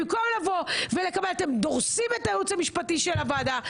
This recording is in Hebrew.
במקום לבוא ולקבל אתם דורסים את הייעוץ המשפטי של הוועדה,